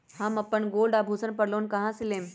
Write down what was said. हम अपन गोल्ड आभूषण पर लोन कहां से लेम?